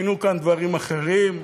עשינו כאן דברים אחרים?